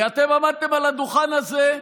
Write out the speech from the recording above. כי אתם עמדתם על הדוכן הזה,